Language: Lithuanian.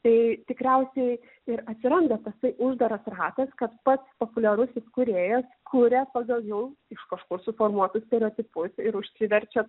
tai tikriausiai ir atsiranda tasai uždaras ratas kad pats populiarusis kūrėjas kuria pagal jau iš kažkur suformuotus stereotipus ir užsiverčia